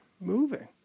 moving